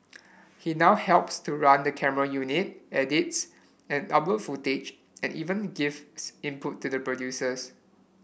he now helps to run the camera unit edits and uploads footage and even gives input to producers